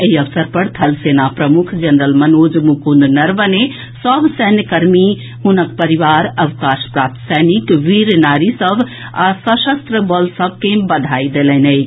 एहि अवसर पर थल सेना प्रमुख जनरल मनोज मुकुंद नरवणे सभ सैन्य कर्मी हुनक परिवार अवकाश प्राप्त सैनिक वीर नारी आ सशस्त्र बल सभ के बधाई देलनि अछि